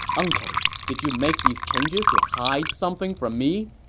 uncle, did you make these changes to hide something from me?